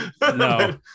No